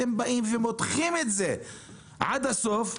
אתם באים ומותחים את זה עד הסוף,